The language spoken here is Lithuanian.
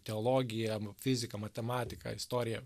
teologija fizika matematika istorija